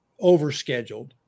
overscheduled